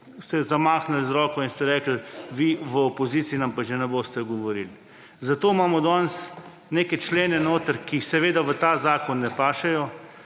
ste zamahnili z roko in ste rekli, vi v opoziciji nam pa že ne boste govorili. Zato imamo danes neke člene notri, ki seveda v ta zakon ne pašejo,